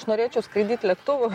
aš norėčiau skraidyt lėktuvu